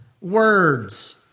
words